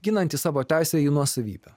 ginantis savo teisę į nuosavybę